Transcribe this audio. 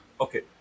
Okay